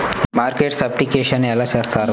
Market certification ఎలా చేస్తారు?